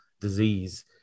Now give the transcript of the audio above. disease